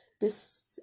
this-